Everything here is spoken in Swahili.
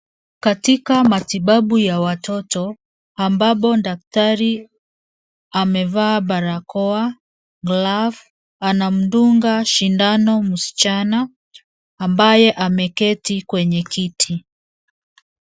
Katika matibabu ya watoto, ambapo daktari amevaa barakoa, glavu. Anamdunga shindano msichana, ambaye ameketi kwenye kiti.